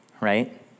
right